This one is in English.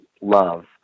love